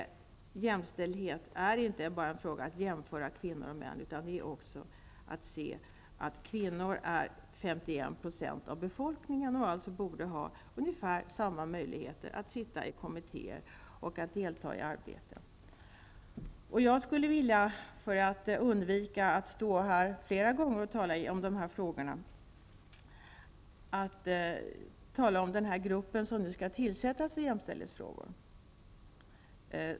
Jämställdhet är inte bara en fråga om att jämföra kvinnor och män. Kvinnor utgör 51 % av befolkningen och borde ha ungefär samma möjligheter att sitta i kommittér och att delta i annat arbete. För att undvika att behöva stå här i talarstolen och tala fler gånger om dessa frågor, skulle jag vilja diskutera denna grupp som skall tillsättas för jämställdhetsfrågor.